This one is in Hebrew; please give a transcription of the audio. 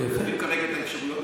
אנחנו בוחנים כרגע את האפשרויות.